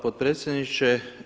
potpredsjedniče.